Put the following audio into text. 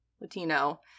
Latino